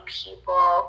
people